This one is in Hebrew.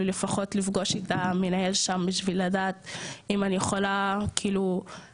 לפחות לפגוש את המנהל שם בשביל לדעת אם אני יכולה רק